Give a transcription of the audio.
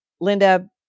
Linda